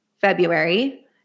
February